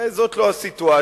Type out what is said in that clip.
הרי זאת לא הסיטואציה.